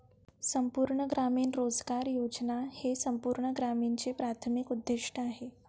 संपूर्ण ग्रामीण रोजगार योजना हे संपूर्ण ग्रामीणचे प्राथमिक उद्दीष्ट आहे